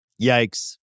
yikes